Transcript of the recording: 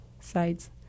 sides